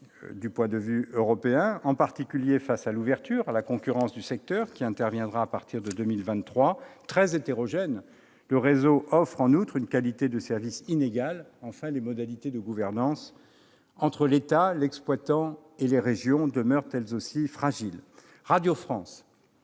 au plan européen, en particulier face à l'ouverture à la concurrence du secteur qui interviendra à partir de 2023. Très hétérogène, le réseau offre, en outre, une qualité de service inégale. Enfin, les modalités de gouvernance entre l'État, l'exploitant et les régions demeurent, elles aussi, fragiles.